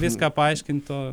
viską paaiškintų